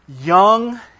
young